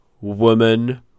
woman